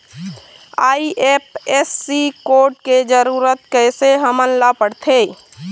IFSC code के जरूरत कैसे हमन ला पड़थे?